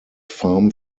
farm